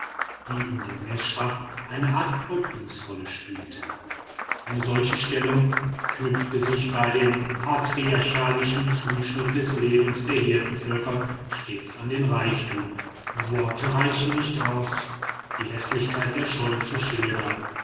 die in der meschra eine art häuptlingsrolle spielte eine solche stellung knüpft sich bei dem patriarchalischen zuschnitt des lebens der hirtenvölker stets an den reichtum worte reichen nicht aus die häßlichkeit der schol zu schildern